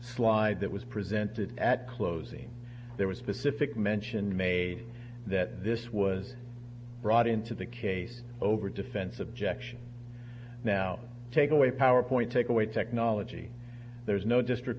slide that was presented at closing there was specific mention made that this was brought into the case over defense objection now take away power point take away technology there's no district